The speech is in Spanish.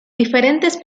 diferentes